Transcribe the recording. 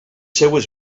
seues